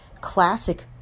classic